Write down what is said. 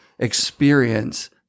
experience